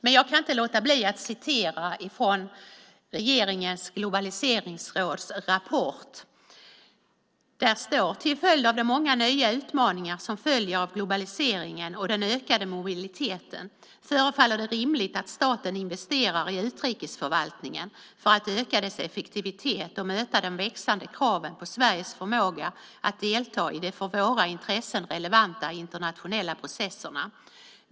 Men jag kan inte låta bli att läsa ur regeringens globaliseringsråds rapport. Där står: Till följd av de många nya utmaningar som följer av globaliseringen och den ökade mobiliteten förefaller det rimligt att staten investerar i utrikesförvaltningen för att öka dess effektivitet och möta de växande kraven på Sveriges förmåga att delta i de för våra intressen relevanta internationella processerna.